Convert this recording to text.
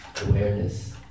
awareness